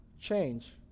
change